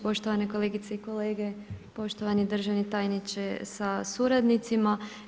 Poštovane kolegice i kolege, poštovani državni tajniče s suradnicima.